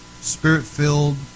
spirit-filled